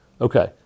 Okay